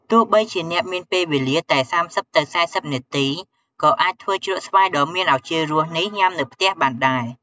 ទោះបីជាអ្នកមានពេលវេលាតែ៣០ ទៅ៤០នាទីក៏អាចធ្វើជ្រក់ស្វាយដ៏មានឱជារសនេះញុំានៅផ្ទះបានដែរ។